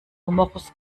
numerus